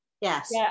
Yes